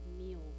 meal